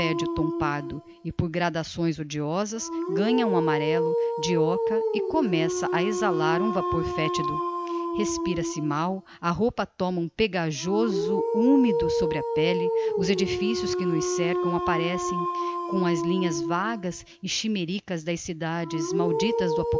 tom pardo e por gradações odiosas ganha um amarello de óca e começa a exalar um vapor fetido respira se mal a roupa toma um pegajoso humido sobre a pelle os edificios que nos cercam apparecem com as linhas vagas e chimericas das cidades malditas do